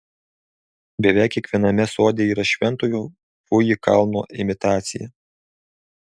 beveik kiekviename sode yra šventojo fuji kalno imitacija